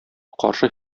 каршы